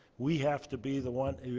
we have to be the one.